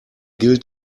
gilt